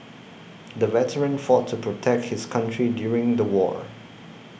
the veteran fought to protect his country during the war